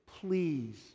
Please